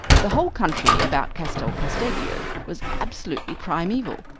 the whole country about castel casteggio was absolutely primeval,